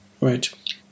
Right